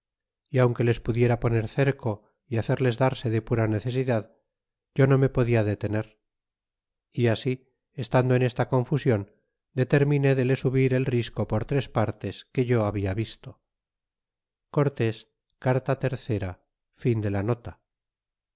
d aunque les pudiera poner cerco y hacerles darse de pura necesidad yo no me podia de tener e así estando en esta confusion determiné de le subir el risco por tres partes que yo habia visto cortes carta iii